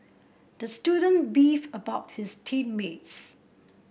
the student beefed about his team mates